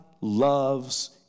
loves